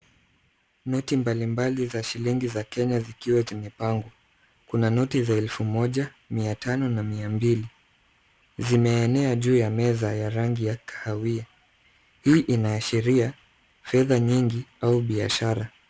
Noti mbalimbali za shilingi za Kenya zikiwa zimepangwa. Kuna noti za elfu moja, mia tano na mia mbili. Zimeenea juu ya meza ya rangi ya kahawia. Hii inaashiria fedha mingi au biashara.